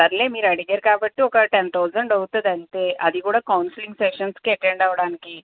సరేలే మీరు అడిగారు కాబట్టి ఒక టెన్ థౌజండ్ అవుతుంది అంతే అదికూడా కౌన్సిలింగ్ సెషన్స్కి అటెండ్ అవడానికి